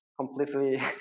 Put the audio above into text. completely